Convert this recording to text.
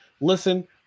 listen